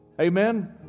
amen